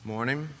Morning